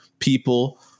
People